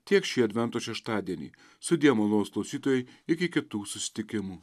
tiek šį advento šeštadienį sudie malonūs klausytojai iki kitų susitikimų